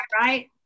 right